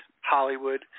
Hollywood